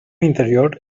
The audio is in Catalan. interior